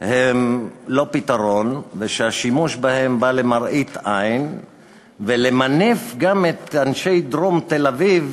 הם לא פתרון ושהשימוש בהם בא למראית עין למנף גם את אנשי דרום תל-אביב,